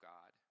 God